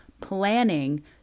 planning